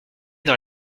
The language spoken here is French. dans